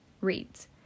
reads